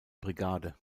brigade